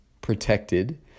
protected